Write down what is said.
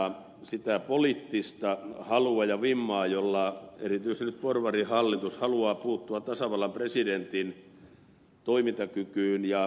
on todella pidettävä vakavana sitä poliittista halua ja vimmaa jolla erityisesti nyt porvarihallitus haluaa puuttua tasavallan presidentin toimintakykyyn ja asemaan